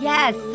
Yes